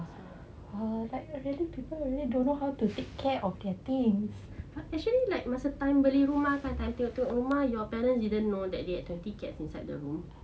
like really people who really don't know how to take care of their things actually like time beli rumah time tengok-tengok rumah your parents didn't know they have twenty cats inside the room